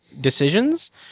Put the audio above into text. decisions